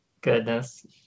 Goodness